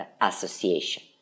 Association